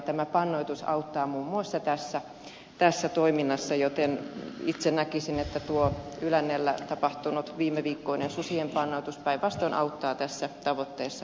tämä pannoitus auttaa muun muassa tässä toiminnassa joten itse näkisin että tuo yläneellä tapahtunut viimeviikkoinen susien pannoitus päinvastoin auttaa tässä tavoitteessa johon pyrimme